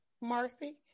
Marcy